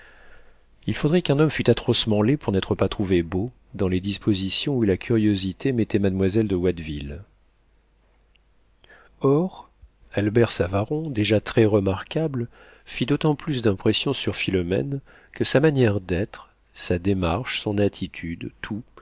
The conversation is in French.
il faudrait qu'un homme fût atrocement laid pour n'être pas trouvé beau dans les dispositions où la curiosité mettait mademoiselle de watteville or albert savaron déjà très-remarquable fit d'autant plus d'impression sur philomène que sa manière d'être sa démarche son attitude